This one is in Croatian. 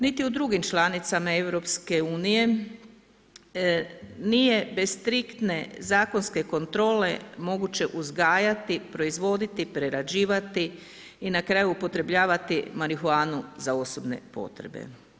Niti u drugim članicama EU nije bez striktne zakonske kontrole moguće uzgajati, proizvoditi, prerađivati i na kraju upotrebljavati marihuanu za osobne potrebe.